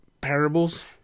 parables